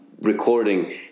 recording